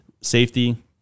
safety